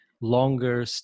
longer